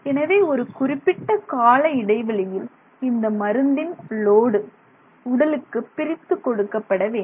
எனவே ஒரு குறிப்பிட்ட கால இடைவெளியில் இந்த மருந்தின் லோடு உடலுக்கு பிரித்துக் கொடுக்கப்பட வேண்டும்